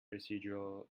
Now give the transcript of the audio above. residual